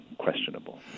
Questionable